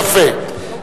מסיר, יפה.